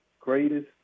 greatest